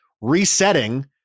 resetting